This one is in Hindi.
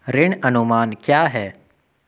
ऋण अनुमान क्या है?